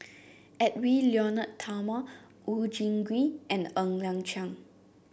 Edwy Lyonet Talma Oon Jin Gee and Ng Liang Chiang